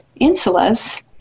insulas